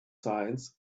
science